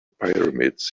pyramids